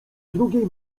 drugiej